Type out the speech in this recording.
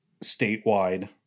statewide